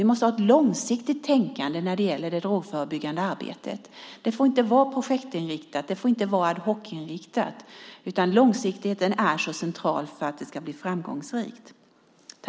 Vi måste ha ett långsiktigt tänkande när det gäller det drogförebyggande arbetet. Det får inte vara projektinriktat, det får inte vara ad hoc-inriktat, utan långsiktigheten är central för att det ska bli framgångsrikt.